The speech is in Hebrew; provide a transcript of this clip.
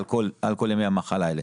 על כל ימי המחלה האלה.